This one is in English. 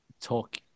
talk